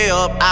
up